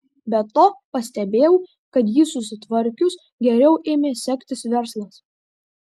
be to pastebėjau kad jį susitvarkius geriau ėmė sektis verslas